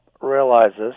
realizes